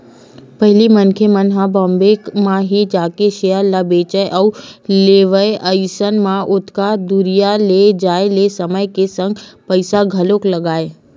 पहिली मनखे मन ह बॉम्बे म ही जाके सेयर ल बेंचय अउ लेवय अइसन म ओतका दूरिहा के जाय ले समय के संग पइसा घलोक लगय